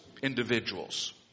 individuals